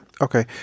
Okay